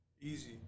easy